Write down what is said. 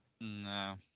No